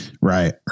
Right